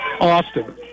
Austin